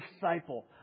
disciple